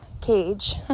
cage